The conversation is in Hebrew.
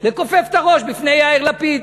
לכופף את הראש בפני יאיר לפיד.